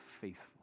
faithful